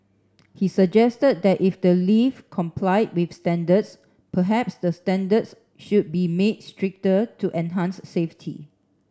he suggested that if the lift complied with standards perhaps the standards should be made stricter to enhance safety